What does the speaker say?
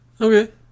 okay